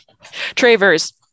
Travers